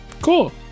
Cool